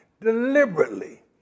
deliberately